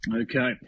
Okay